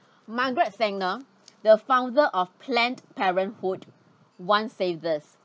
margaret thinger the founder of planned parenthood one savers